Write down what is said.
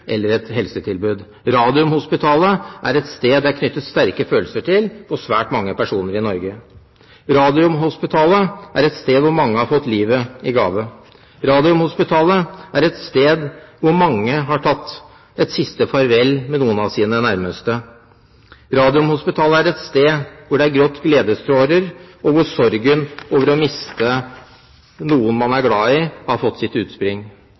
eller et helsetilbud. Radiumhospitalet er et sted det er knyttet sterke følelser til for svært mange personer i Norge. Radiumhospitalet er et sted hvor mange har fått livet i gave. Radiumhospitalet er et sted hvor mange har tatt et siste farvel med noen av sine nærmeste. Radiumhospitalet er et sted hvor det er grått gledestårer, og hvor sorgen over å miste noen man er glad i, har fått sitt utspring.